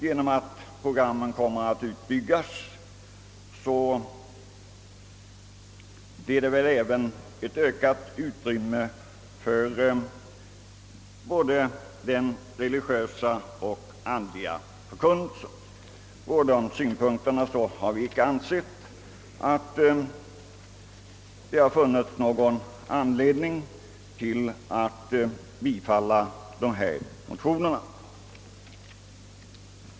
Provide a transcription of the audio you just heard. Genom att programverksamheten nu kommer att utbyggas blir det väl även ett ökat utrymme för både den religiösa och den andliga förkunnelsen. Därför har vi inte ansett att det finns någon anledning att bifalla dessa motioner.